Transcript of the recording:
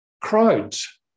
crowds